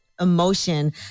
emotion